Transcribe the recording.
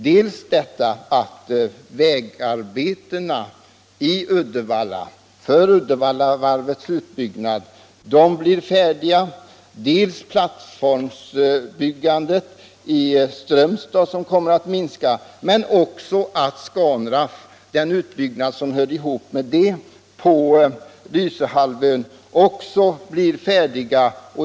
Dels blir vägarbetena i Uddevalla — med anledning av Uddevallavarvets utbyggnad — färdiga, dels minskar plattformsbyggandet i Ström stad och dels blir den utbyggnad som hör samman med Scanraff på Lysehalvön färdig.